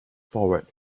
forward